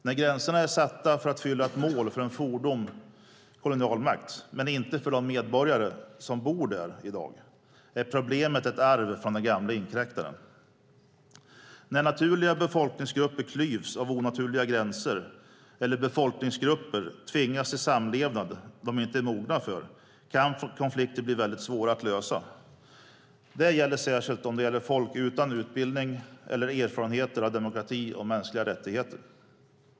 När gränserna är satta för att fylla ett mål för en fordom kolonialmakt men inte för de medborgare som bor där i dag är problemet ett arv från den gamla inkräktaren. När naturliga befolkningsgrupper klyvs av onaturliga gränser eller befolkningsgrupper tvingas till samlevnad som de inte är mogna för kan konflikter bli väldigt svåra att lösa. Det gäller särskilt om det är folk utan utbildning eller erfarenheter av demokrati och mänskliga rättigheter.